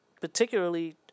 particularly